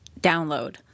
download